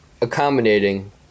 accommodating